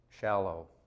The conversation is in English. shallow